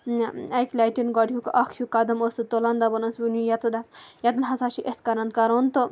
اَکہِ لَٹٮ۪ن گۄڈنیُک اَکھ ہیوٗ قدم ٲس سُہ تُلان دَپان ٲس وُنہِ یَتَن اَتھ یَتَن ہَسا چھِ اِتھ کَنَن کَرُن تہٕ